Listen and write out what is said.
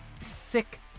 sick